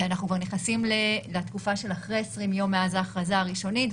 אנחנו כבר נכנסים לתקופה של אחורי 20 ימים מאז ההכרזה הראשונית.